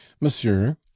monsieur